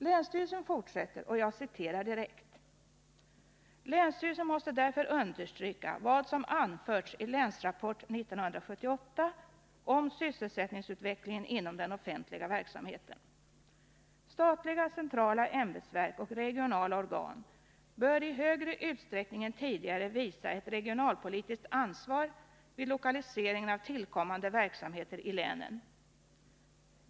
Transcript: Länsstyrelsen säger vidare: ”Länsstyrelsen måste därför understryka vad som anförts i länsrapport 1978 om sysselsättningsutvecklingen inom den offentliga verksamheten. Statliga centrala ämbetsverk och regionala organ bör i högre utsträckning än tidigare visa ett regionalpolitiskt ansvar vid lokaliseringen av tillkommande verksamheter i länen.